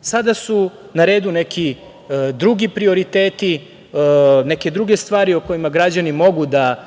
Sada su na redu neki drugi prioriteti, neke druge stvari o kojima građani mogu da